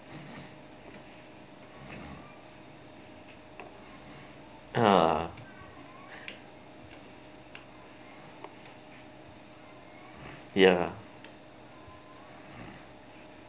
uh ya